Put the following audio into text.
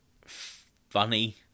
funny